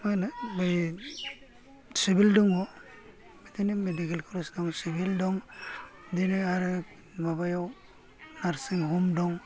मा होनो बै सिबिल दङ बिदिनो मेदिकेल कलेज दं सिबिल दं बिदिनो आरो माबायाव नारसिं हम दं